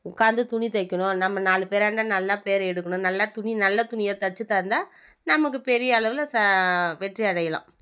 உட்காந்து துணி தைக்கணும் நம்ம நாலு பேராண்ட நல்லா பேர் எடுக்கணும் நல்ல துணி நல்ல துணியாக தைத்து தந்தால் நமக்கு பெரிய அளவில் ச வெற்றி அடையலாம்